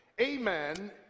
amen